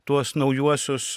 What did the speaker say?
tuos naujuosius